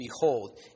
behold